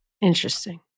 Interesting